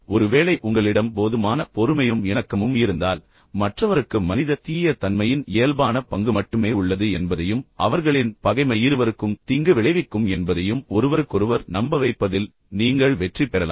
ஆனால் ஒருவேளை உங்களிடம் போதுமான பொறுமையும் போதுமான இணக்கமும் இருந்தால் மற்றவருக்கு மற்றவருக்கு மனித தீய தன்மையின் இயல்பான பங்கு மட்டுமே மட்டுமே உள்ளது என்பதையும் அவர்களின் பகைமை இருவருக்கும் தீங்கு விளைவிக்கும் என்பதையும் ஒருவருக்கொருவர் நம்ப வைப்பதில் நீங்கள் வெற்றி பெறலாம்